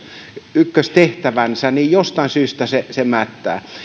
ykköstehtävänsä jostain syystä mättää